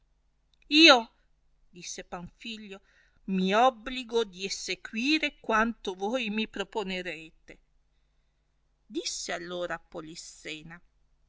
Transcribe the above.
io disse panfilio mi obligo di essequire quanto voi mi proponerete disse allora polissena